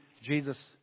Jesus